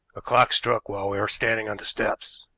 a clock struck while we were standing on the steps.